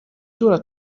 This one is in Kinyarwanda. duhura